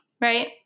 right